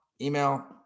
email